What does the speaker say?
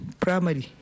primary